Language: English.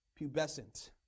pubescent